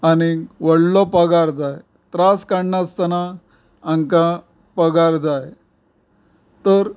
आनी व्हडलो पगार जाय त्रास काडनासतना हांका पगार जाय तर